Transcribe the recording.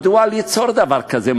מדוע ליצור דבר כזה?